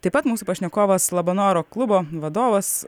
taip pat mūsų pašnekovas labanoro klubo vadovas